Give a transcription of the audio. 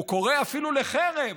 הוא קורא אפילו לחרם.